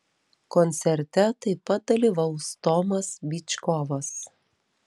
koncerte taip pat dalyvaus tomas byčkovas